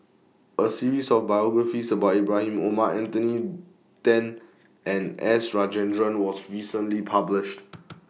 A series of biographies about Ibrahim Omar Anthony Then and S Rajendran was recently published